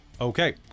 Okay